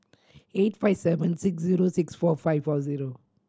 eight five seven six zero six four five four zero